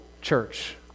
church